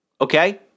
Okay